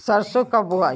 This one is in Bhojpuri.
सरसो कब बोआई?